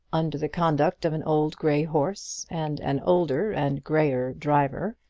under the conduct of an old grey horse and an older and greyer driver,